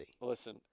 Listen